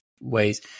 ways